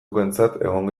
egongela